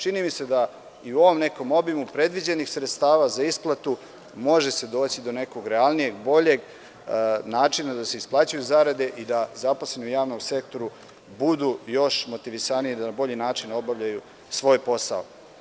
Čini mi se da i u ovom nekom obimu predviđenih sredstava za isplatu se može doći do nekog realnijeg, boljeg načina da se isplaćuju zarade i da zaposleni u javnom sektoru budu još motivisaniji i da na bolji način obavljaju svoj posao.